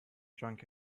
drunk